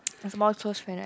have more close friend right